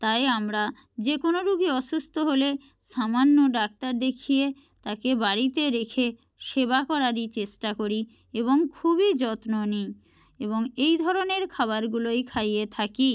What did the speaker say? তাই আমরা যে কোনো রুগী অসুস্ত হলে সামান্য ডাক্তার দেখিয়ে তাকে বাড়িতে রেখে সেবা করারই চেষ্টা করি এবং খুবই যত্ন নিই এবং এই ধরনের খাবারগুলোই খাইয়ে থাকি